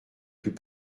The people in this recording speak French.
plus